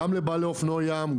גם לבעלי אופנועי ים,